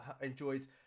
enjoyed